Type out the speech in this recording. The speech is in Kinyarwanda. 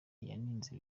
yanenze